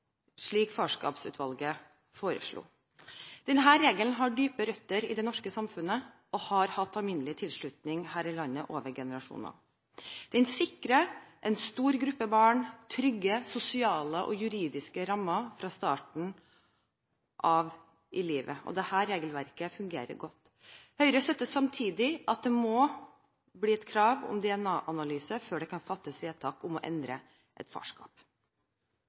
slik Farskapsutvalget foreslo. Denne regelen har dype røtter i det norske samfunnet og har hatt alminnelig tilslutning her i landet over generasjoner. Den sikrer en stor gruppe barn trygge, sosiale og juridiske rammer fra livets start. Dette regelverket fungerer godt. Høyre støtter samtidig at det må bli et krav om DNA-analyse før det kan fattes vedtak om å endre et farskap.